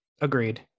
agreed